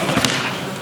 המילה יחצן.